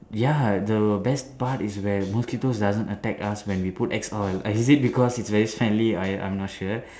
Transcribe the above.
ya the best part is when mosquitoes doesn't attack us when we put axe oil is it because it's very smelly I I'm not sure